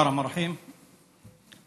בסם אללה א-רחמאן א-רחים.